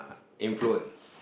influent